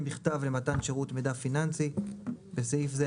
בכתב למתן שירות מידע פיננסי (בסעיף זה,